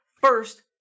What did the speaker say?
First